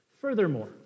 Furthermore